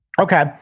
Okay